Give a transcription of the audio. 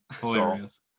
Hilarious